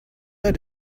her